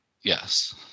Yes